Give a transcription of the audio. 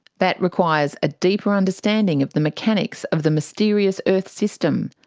that requires a deeper understanding of the mechanics of the mysterious earth system.